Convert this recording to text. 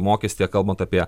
mokestyje kalbant apie